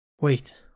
Wait